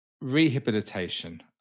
Rehabilitation